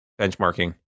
benchmarking